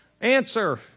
answer